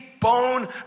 bone